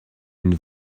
une